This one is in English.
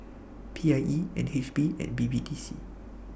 PIE NHB and BBDC